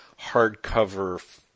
hardcover